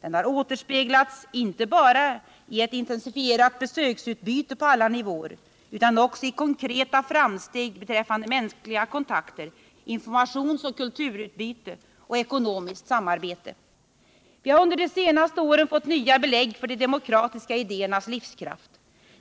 Den har återspeglats inte bara i ett intensifierat besöksutbyte på alla nivåer utan också i konkreta framsteg beträffande mänskliga kontakter, informationsoch kulturutbyte och ekonomiskt samarbete. Vi har under de senaste åren fått nya belägg för de demokratiska idéernas livskraft.